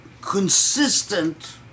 consistent